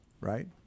right